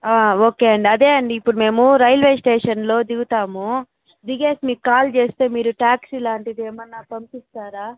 okay అండీ అదే అండీ ఇప్పుడు మేము రైల్వే స్టేషన్లో దిగుతాము దిగినాక మీకు కాల్ చేస్తే మీరు టాక్సీ లాంటిది ఏమన్నా పంపిస్తారా